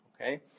okay